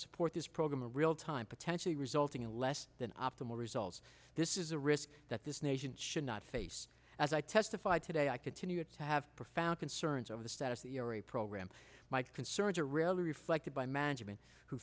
support this program a real time potentially resulting in less than optimal results this is a risk that this nation should not face as i testified today i continue to have profound concerns of the status the program my concerns are really reflected by management who